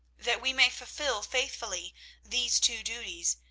that we may fulfil faithfully these two duties,